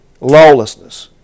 lawlessness